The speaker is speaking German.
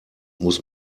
muss